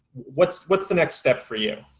what's what's the next step for you?